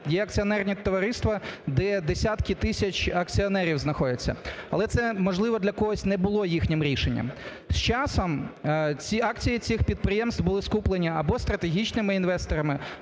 Є акціонерні товариства, де десятки тисяч акціонерів знаходиться. Але це, можливо, для когось не було їхнім рішенням. З часом ці акції цих підприємств були скуплені або стратегічними інвесторами,